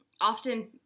Often